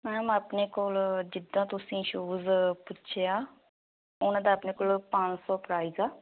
ma'am ਆਪਣੇ ਕੋਲ ਜਿੱਦਾਂ ਤੁਸੀਂ ਸ਼ੂਜ ਪੁੱਛਿਆ ਉਹਨਾਂ ਦਾ ਆਪਣੇ ਕੋਲ ਪੰਜ ਸੌ ਪ੍ਰਾਈਜ ਆ